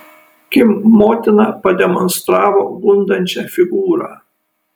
kim motina pademonstravo gundančią figūrą